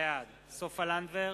בעד סופה לנדבר,